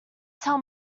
tell